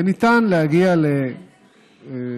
וניתן להגיע אל הכנסת